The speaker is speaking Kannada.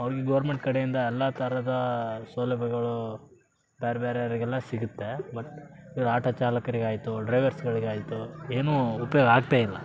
ಅವರಿಗು ಗೌರ್ಮೆಂಟ್ ಕಡೆಯಿಂದ ಎಲ್ಲ ಥರದಾ ಸೌಲಭ್ಯಗಳು ಬೇರೆಬೇರೆಯವ್ರಿಗೆಲ್ಲ ಸಿಗುತ್ತೆ ಬಟ್ ಇವ್ರು ಆಟೋ ಚಾಲಕರಿಗಾಯಿತು ಡ್ರೈವರ್ಸ್ಗಳಿಗಾಯಿತು ಏನು ಉಪಯೋಗ ಆಗ್ತಾಯಿಲ್ಲ